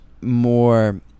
more